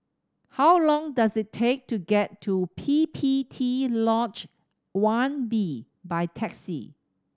how long does it take to get to P P T Lodge One B by taxi